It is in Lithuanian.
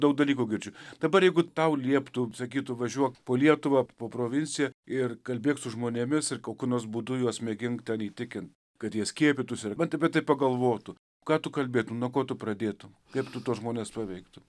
daug dalykų girdžiu dabar jeigu tau lieptų sakytų važiuok po lietuvą po provinciją ir kalbėk su žmonėmis ir kokiu nors būdu juos mėgink ten įtikint kad jie skiepytųsi na apie tai pagalvotų ką tu kalbėtum nuo ko tu pradėtum kaip tu tuos žmones paveiktum